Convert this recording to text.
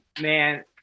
man